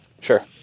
Sure